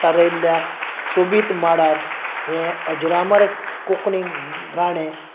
सारयल्ल्या सोबीत मांडार हें अजरंवर कोंकणी गाणें